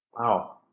Wow